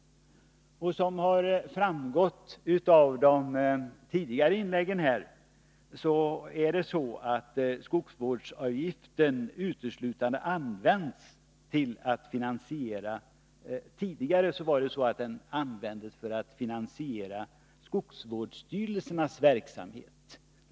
Som framgått av de gjorda inläggen har användningen av skogsvårdsav giften tidigare varit begränsad till finansiering av skogsvårdsstyrelsernas verksamhet.